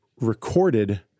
recorded